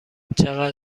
چقدر